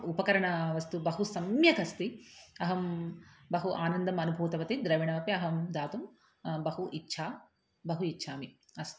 उपकरणवस्तु बहु सम्यकस्ति अहं बहु आनन्दम् अनुभूतवती द्रविणमपि अहं दातुं बहु इच्छा बहु इच्छामि अस्तु